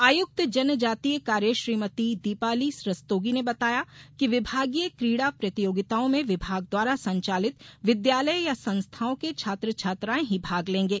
आयुक्त जनजातीय कार्य श्रीमती दीपाली रस्तोगी ने बताया कि विभागीय कीडा प्रतियोगिताओं में विभाग द्वारा संचालित विद्यालय या संस्थाओं के छात्र छात्राएं ही भाग लेंगे